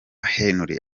henry